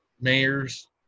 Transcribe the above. mayors